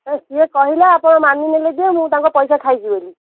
ଆରେ ସିଏ କହିଲା ଆପଣ ମାନିନେଲେ ଯେ ମୁଁ ତାଙ୍କ ପଇସା ଖାଇଛି ବୋଲି